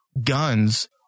guns